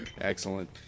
Excellent